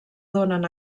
donen